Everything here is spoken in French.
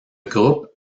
groupe